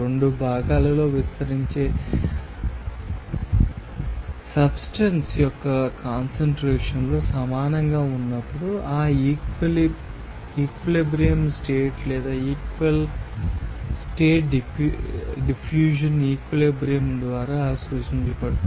2 భాగాలలో విస్తరించే సబ్స్టెన్స యొక్క కాన్సన్ట్రేషన్స్లు సమానంగా ఉన్నప్పుడు ఆ ఈక్విలిబ్రియం స్టేట్ లేదా ఈక్వల్ స్టేట్ డిఫ్యూషన్ ఈక్విలిబ్రియం ద్వారా సూచించబడుతుంది